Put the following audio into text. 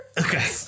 Okay